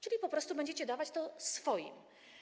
Czyli po prostu będziecie dawać to swoim.